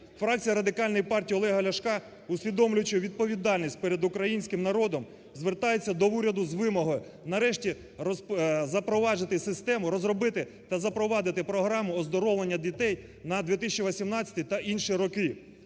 Фракція Радикальної партії Олега Ляшка, усвідомлюючи відповідальність перед українським народом, звертається до уряду з вимогою нарешті запровадити систему, розробити та запровадити програму оздоровлення дітей на 2018 та інші роки